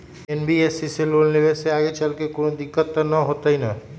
NBFC से loan लेबे से आगेचलके कौनो दिक्कत त न होतई न?